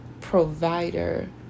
provider